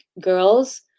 girls